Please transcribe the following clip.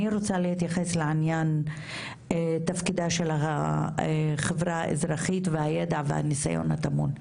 אני רוצה להתייחס לעניין תפקידה של החברה האזרחית והידע והניסיון הטמון.